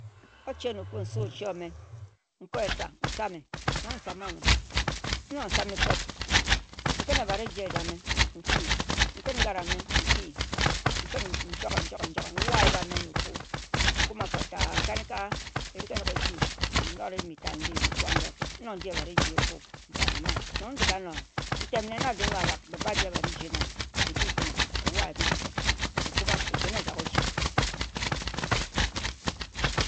Oche na ofo, nsu oche ome, nko esa nsame nkok nsame fem, nkan ebhat eji ejame nfi, nken ngare nki, nken eji njokhe, ndong ngare ndiphe, nken ayip nyo. Nnkume afo ta nkanika eri enok esi, nnok eyem mbitat ndi. ndi ebhat eji ofo ntem na abhe, nkari ye fenne adi, mpan aman ekuba ekpin ejak ochi.